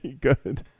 Good